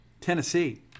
Tennessee